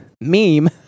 meme